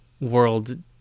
world